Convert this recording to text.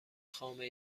خامه